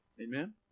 Amen